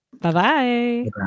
Bye-bye